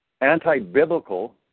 anti-biblical